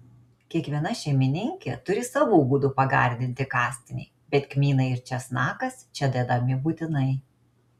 kiekviena šeimininkė turi savų būdų pagardinti kastinį bet kmynai ir česnakas čia dedami būtinai